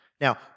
Now